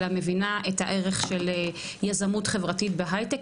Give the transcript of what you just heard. אלא מבינה את הערך של יזמות חברתית בהייטק?